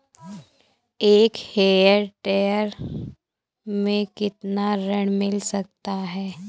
एक हेक्टेयर में कितना ऋण मिल सकता है?